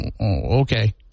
Okay